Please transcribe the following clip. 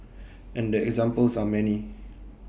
and the examples are many